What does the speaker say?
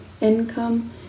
income